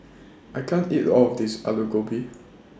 I can't eat All of This Alu Gobi